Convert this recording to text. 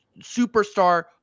superstar